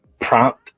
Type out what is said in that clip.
prompt